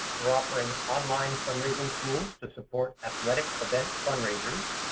we're offering online fundraising tools to support athletic event fundraisers.